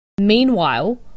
Meanwhile